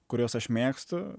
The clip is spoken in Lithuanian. kuriuos aš mėgstu